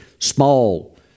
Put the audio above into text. Small